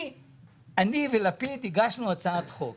אני ולפיד הגשנו הצעת חוק